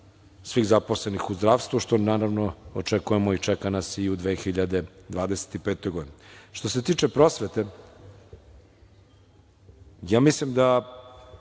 svih zaposlenih u zdravstvu što naravno očekujemo i čeka nas i u 2025. godini. Što se tiče prosvete, mislim da